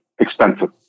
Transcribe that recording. expensive